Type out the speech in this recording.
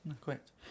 correct